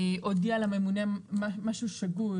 הודיעה לממונה משהו שגוי,